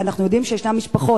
ואנחנו יודעים שיש משפחות,